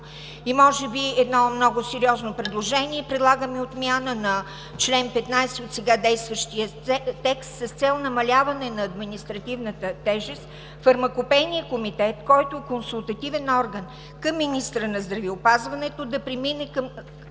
И може би едно много сериозно предложение – предлагаме отмяна на чл. 15 от сега действащия текст с цел намаляване на административната тежест и Фармакопейният комитет, който е консултативен орган към министъра на здравеопазването, да премине към